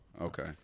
Okay